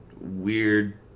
weird